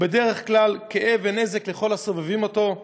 ובדרך כלל כאב ונזק לכל הסובבים אותו,